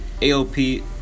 AOP